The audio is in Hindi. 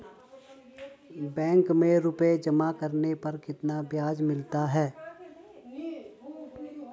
बैंक में रुपये जमा करने पर कितना ब्याज मिलता है?